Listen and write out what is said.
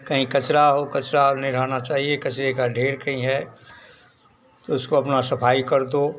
कहीं कचरा हो कचरा में रहना चाहिए कचरे का ढेर कहीं है तो उसको अपना सफाई कर दो